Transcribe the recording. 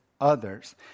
Others